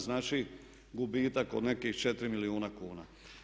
Znači gubitak od nekih 4 milijuna kuna.